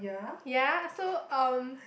ya so um